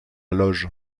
loge